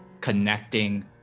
connecting